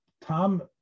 Tom